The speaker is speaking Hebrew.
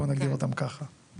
בוא נגדיר אותם ככה.